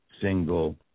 single